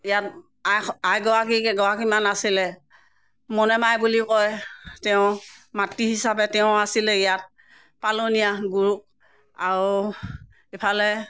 ইয়াত আইস আইগৰাকী কেইগৰাকীমান আছিলে মনেমাই বুলি কয় তেওঁ মাতৃ হিচাপে তেওঁ আছিলে ইয়াত পালনীয়া গুৰু আৰু ইফালে